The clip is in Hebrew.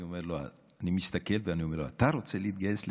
אני מסתכל ואומר לו: אתה רוצה להתגייס לגבעתי?